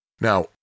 Now